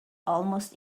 almost